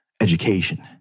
education